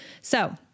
So-